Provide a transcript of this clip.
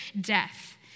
death